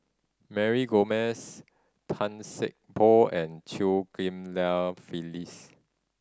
Mary Gomes Tan Sei Poh and Chew Ghim Lia Phyllis